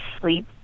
sleep